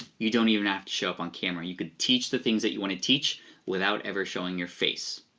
you don't even have to show up on camera, you can teach the things that you wanna teach without ever showing your face.